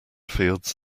fields